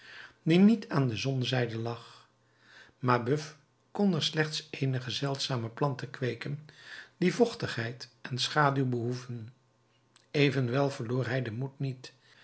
die niet aan de zonzijde lag mabeuf kon er slechts eenige zeldzame planten kweeken die vochtigheid en schaduw behoeven evenwel verloor hij den moed niet